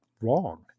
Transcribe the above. wrong